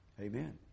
Amen